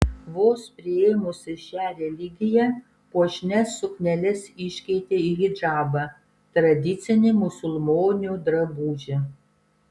vos priėmusi šią religiją puošnias sukneles iškeitė į hidžabą tradicinį musulmonių drabužį